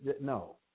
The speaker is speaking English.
No